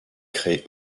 créent